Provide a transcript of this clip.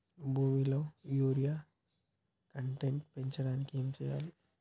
భూమిలో urea content పెంచడానికి ఏం చేయాలి?